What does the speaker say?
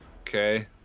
Okay